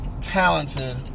talented